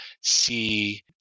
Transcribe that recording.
see